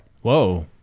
Whoa